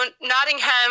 Nottingham